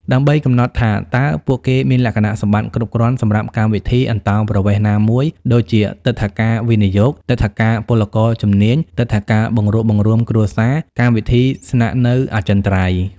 ដើម្បីកំណត់ថាតើពួកគេមានលក្ខណៈសម្បត្តិគ្រប់គ្រាន់សម្រាប់កម្មវិធីអន្តោប្រវេសន៍ណាមួយ ដូចជាទិដ្ឋាការវិនិយោគ ទិដ្ឋាការពលករជំនាញ ទិដ្ឋាការបង្រួបបង្រួមគ្រួសារ កម្មវិធីសិទ្ធិស្នាក់នៅអចិន្ត្រៃយ៍។